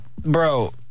Bro